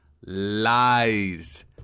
Lies